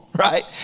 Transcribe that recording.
right